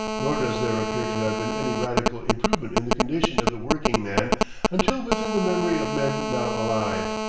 nor does there appear to have been any radical improvement in the condition of the workingman until within the memory of men now alive.